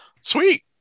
sweet